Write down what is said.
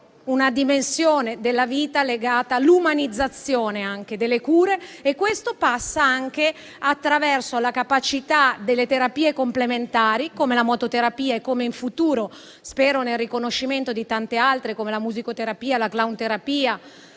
una dimensione della vita legata all'umanizzazione delle cure e questo passa anche attraverso la capacità delle terapie complementari (come la mototerapia, ma in futuro spero nel riconoscimento di tante altre, come la musicoterapia, la clownterapia,